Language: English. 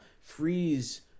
freeze